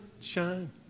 shine